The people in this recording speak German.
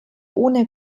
ohne